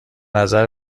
نظر